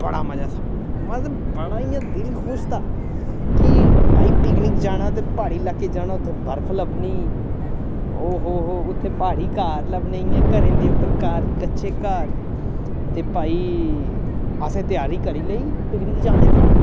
बड़ा मजा था मतलब बड़ा इ'यां दिल खुश था कि भाई पिकनिक जाना ते प्हाड़ी लाके च जाना उत्थै बर्फ लब्भनी ओह् हो हो उत्थै प्हाड़ी घर लब्भने इ'यां घरें दे उप्पर घर कच्चे घर ते भई असें त्यारी करी लेई पिकनिक जाने दी